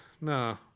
no